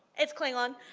it's klingon.